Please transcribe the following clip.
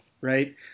right